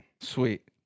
sweet